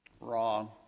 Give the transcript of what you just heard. Wrong